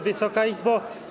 Wysoka Izbo!